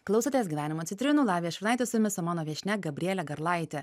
klausotės gyvenimo citrinų lavija šurnaitė su jumis o mano viešnia gabrielė garlaitė